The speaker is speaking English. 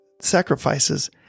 sacrifices